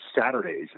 Saturdays